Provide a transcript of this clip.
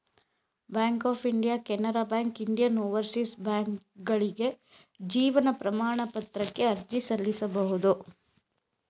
bank of India Canara Bank Indian Overseas ಬ್ಯಾಂಕ್ಕ್ಗಳಿಗೆ ಜೀವನ ಪ್ರಮಾಣ ಪತ್ರಕ್ಕೆ ಅರ್ಜಿ ಸಲ್ಲಿಸಬಹುದು